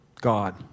God